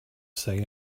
say